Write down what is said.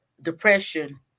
depression